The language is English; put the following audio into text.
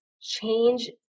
change